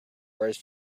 words